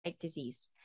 disease